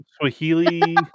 Swahili